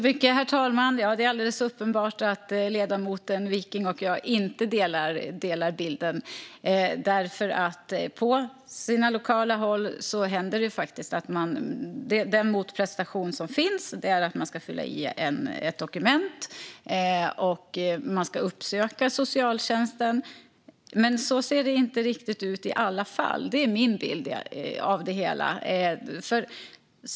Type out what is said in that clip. Herr talman! Det är alldeles uppenbart att ledamoten Wiking och jag inte har samma bild. På sina lokala håll händer det faktiskt att den motprestation som finns är att man ska fylla i ett dokument och att man ska uppsöka socialtjänsten, men så ser det inte ut i alla fall. Det är min bild av det hela.